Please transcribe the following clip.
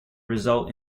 result